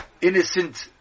innocent